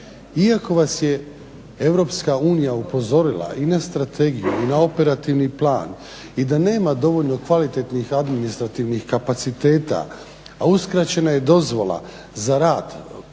Iako vas je EU upozorila i na strategiju i na operativni plan i da nema dovoljno kvalitetnih administrativnih kapaciteta a uskraćena je dozvola za rad